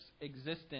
existence